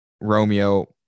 Romeo